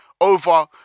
over